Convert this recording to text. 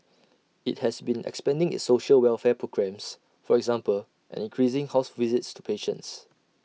IT has been expanding its social welfare programmes for example and increasing house visits to patients